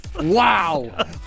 Wow